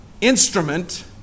instrument